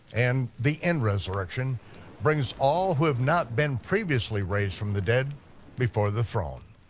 and the end resurrection brings all who have not been previously raised from the dead before the throne.